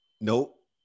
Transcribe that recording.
Nope